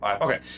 Okay